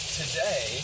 today